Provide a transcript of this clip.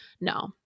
no